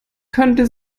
könnte